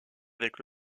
avec